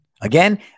Again